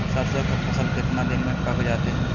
सरसों के फसल कितने दिन में पक जाते है?